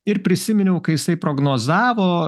ir prisiminiau kai jisai prognozavo